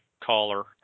caller